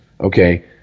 Okay